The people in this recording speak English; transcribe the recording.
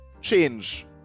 change